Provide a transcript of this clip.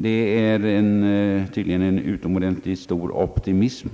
Man måste tydligen vara i hög grad optimistisk